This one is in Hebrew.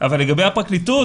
אבל לגבי הפרקליטות,